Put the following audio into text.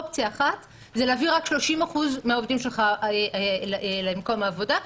אופציה אחת היא להביא רק 30% מהעובדים שלך למקום העבודה.